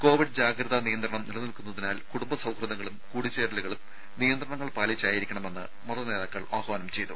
Covid ജാഗ്രതാ നിയന്ത്രണം നിലനിൽക്കുന്നതിനാൽ കുടുംബ സൌഹൃദങ്ങളും കൂടിച്ചേരലുകളും നിയന്ത്രണങ്ങൾ പാലിച്ചായിരിക്കണമെന്ന് മതനേതാക്കൾ ആഹ്വാനം ചെയ്തു